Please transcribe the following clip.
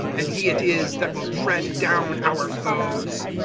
and he it is that wil! tread down our foes,